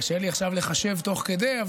קשה לי עכשיו לחשב תוך כדי,